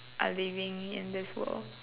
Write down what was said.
are living in this world